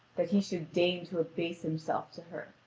that he should deign to abase himself to her.